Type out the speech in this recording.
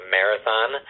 Marathon